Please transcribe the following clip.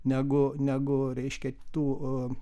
negu negu reiškia tų